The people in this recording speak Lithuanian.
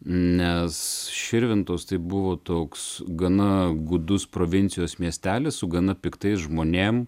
nes širvintos tai buvo toks gana gūdus provincijos miestelis su gana piktais žmonėm